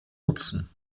nutzen